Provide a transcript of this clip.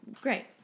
Great